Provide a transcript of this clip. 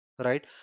right